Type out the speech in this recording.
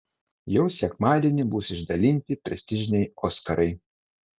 jau sekmadienį bus išdalinti prestižiniai oskarai